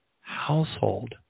household